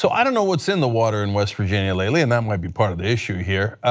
so i don't know what is in the water in west virginia lately, and that might be part of the issue here,